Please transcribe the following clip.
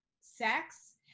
sex